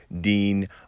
dean